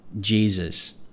Jesus